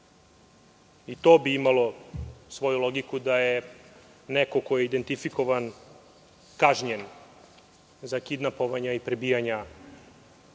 bi imalo svoju logiku da je neko ko je identifikovan kažnjen za kidnapovanja i prebijanja